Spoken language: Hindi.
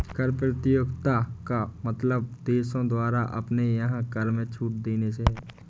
कर प्रतियोगिता का मतलब देशों द्वारा अपने यहाँ कर में छूट देने से है